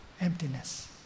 emptiness